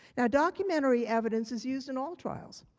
now, documentary evidence is used in all trials.